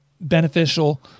beneficial